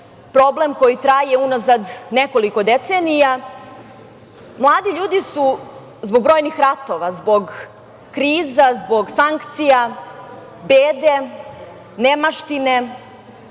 problem koji traje unazad nekoliko decenija. Mladi ljudi su zbog brojnih ratova, zbog kriza, zbog sankcija, bede, nemaštine,